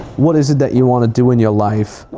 what is it that you wanna do in your life?